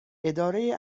اداره